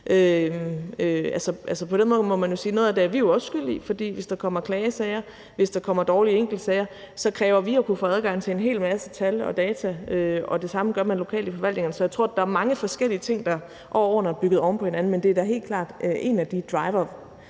årsag. På en måde må man jo sige, at noget af det er vi også skyld i, for hvis der kommer klagesager og dårlige enkeltsager, så kræver vi at kunne få adgang til en hel masse tal og data. Det samme gør man lokalt i forvaltningerne. Så jeg tror, at der er mange forskellige ting, der over årene er bygget oven på hinanden. Men det er da helt klart, at det er en af